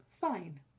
fine